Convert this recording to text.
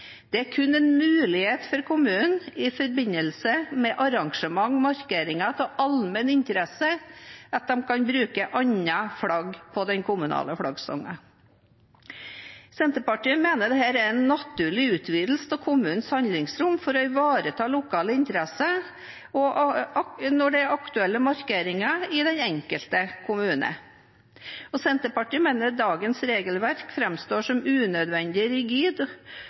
Det er kun en mulighet for kommunen i forbindelse med arrangement og markeringer av allmenn interesse de kan bruke andre flagg på den kommunale flaggstanga. Senterpartiet mener dette er en naturlig utvidelse av kommunenes handlingsrom for å ivareta lokale interesser når det er aktuelle markeringer i den enkelte kommune. Senterpartiet mener dagens regelverk framstår som unødvendig